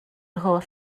holl